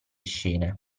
scene